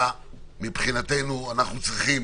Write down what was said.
מבחינתנו, אנו צריכים